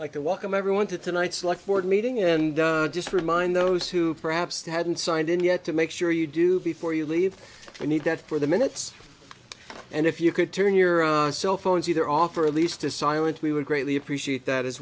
like to welcome everyone to tonight's like board meeting and just remind those who perhaps they hadn't signed in yet to make sure you do before you leave i need that for the minutes and if you could turn your cell phones either off or at least to silent we would greatly appreciate that as